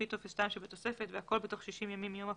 לפי טופס 2 שבתוספת והכול בתוך 60 ימים מיום הפטירה.